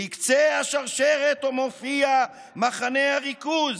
בקצה השרשרת מופיע מחנה הריכוז.